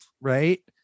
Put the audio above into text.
right